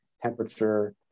temperature